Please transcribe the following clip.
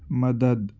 مدد